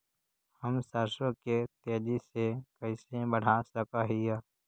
हम सरसों के तेजी से कैसे बढ़ा सक हिय?